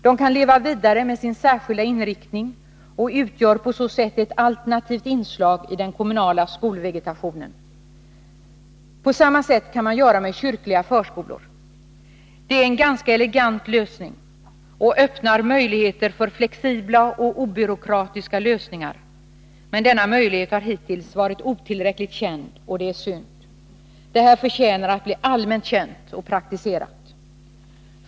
De kan leva vidare med sin särskilda inriktning och utgör på så sätt ett alternativt inslag i den kommunala skolvegetationen. På samma sätt kan man göra med kyrkliga förskolor. Det är en ganska elegant lösning och öppnar möjligheter för flexibla och obyråkratiska lösningar, men denna möjlighet har hittills varit otillräckligt känd, och det är synd. Det här förtjänar att bli allmänt känt och praktiserat.